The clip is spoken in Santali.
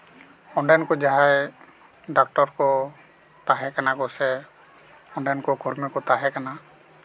ᱚᱸᱰᱮᱱ ᱠᱚ ᱡᱟᱦᱟᱸ ᱰᱚᱠᱴᱚᱨ ᱠᱚ ᱛᱟᱦᱮᱸ ᱠᱟᱱᱟ ᱠᱚᱥᱮ ᱚᱸᱰᱮᱱ ᱠᱚ ᱠᱚᱨᱢᱤ ᱠᱚ ᱛᱟᱦᱮᱸ ᱠᱟᱱᱟ